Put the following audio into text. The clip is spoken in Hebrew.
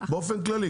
באופן כללי,